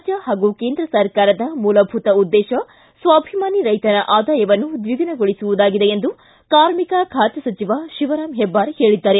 ರಾಜ್ಯ ಹಾಗೂ ಕೇಂದ್ರ ಸರಕಾರದ ಮೂಲಭೂತ ಉದ್ದೇಶ ಸ್ವಾಭಿಮಾನಿ ರೈತನ ಆದಾಯವನ್ನು ದ್ವಿಗುಣಗೊಳಿಸುವುದಾಗಿದೆ ಎಂದು ಕಾರ್ಮಿಕ ಖಾತೆ ಸಚಿವ ಶಿವರಾಮ್ ಹೆಬ್ಬಾರ್ ಹೇಳಿದ್ದಾರೆ